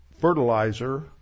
fertilizer